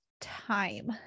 time